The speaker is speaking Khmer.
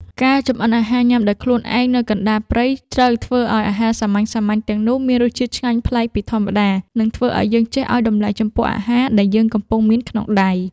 ការចម្អិនអាហារញ៉ាំដោយខ្លួនឯងនៅកណ្ដាលព្រៃជ្រៅធ្វើឱ្យអាហារសាមញ្ញៗទាំងនោះមានរសជាតិឆ្ងាញ់ប្លែកពីធម្មតា និង ធ្វើឱ្យយើងចេះឱ្យតម្លៃចំពោះអាហារដែលយើងកំពុងមានក្នុងដៃ។